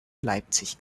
leipzig